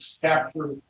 capture